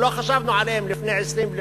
לא חשבנו עליהם לפני 20 שנה,